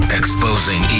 exposing